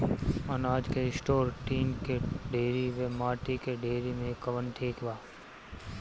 अनाज के store tin के डेहरी व माटी के डेहरी मे कवन ठीक बा?